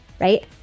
right